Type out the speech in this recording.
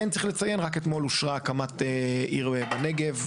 כן צריך לציין רק אתמול אושרה הקמת עיר בנגב.